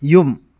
ꯌꯨꯝ